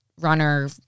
runner